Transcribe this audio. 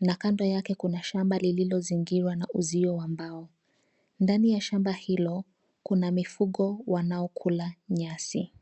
na kando yake kuna shamba lililozingirwa na uzio wa mbao. Ndani ya shamba hilo, kuna mifugo wanaokula nyasi.